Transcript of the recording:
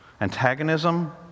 antagonism